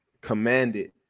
commanded